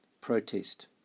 protest